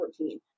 2014